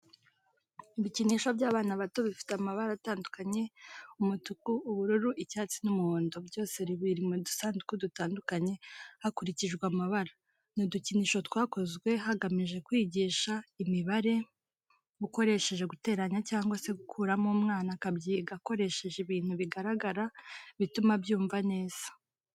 Ibikinisho by'abana bato bifite amabara atandukanye umutuku, ubururu, icyatsi n'umuhondo byose biri mu dusanduku dutandukanye hakurikijwe amabara. Ni udukinisho twakozwe hagamijwe kwigisha imibare, ukoresheje guteranya cyangwa se gukuramo umwana akabyiga akoresheje ibintu bigaragara bituma abyumva neza.